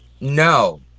No